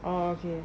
oh okay